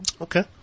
Okay